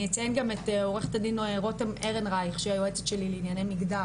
אני אציין גם את עו"ד רותם ארנרייך שהיא היועצת שלי לענייני מגדר